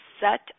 set